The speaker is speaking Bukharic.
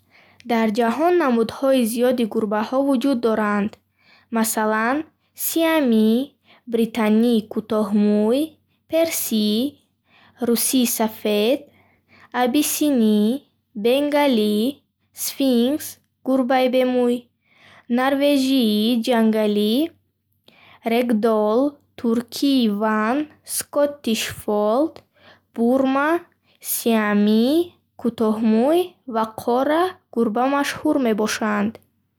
Дар ҷаҳон намудҳои зиёди гурбаҳо вуҷуд доранд. Масалан, сиамӣ, британӣ кӯтоҳмӯй, персӣ, русӣ сафед, абисинӣ, бенгалӣ, сфинкс (гурбаи бе мӯй), норвежии ҷангали, регдолл, туркии ван, скоттиш фолд, бурма, сиамӣ кӯтоҳмӯй, ва қора гурба машҳур мебошанд. Ҳар намуди гурба хусусиятҳои беназир дорад, ки онҳоро барои нигоҳубини хона ё барои дӯстӣ бо одамон мувофиқ мекунад.